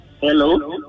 hello